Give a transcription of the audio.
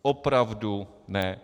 Opravdu ne.